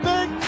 Big